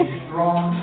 strong